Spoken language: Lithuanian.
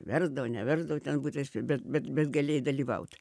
versdavo neversdavo ten būt reiškia bet bet bet galėjai dalyvaut